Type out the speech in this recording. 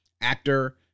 actor